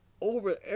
Over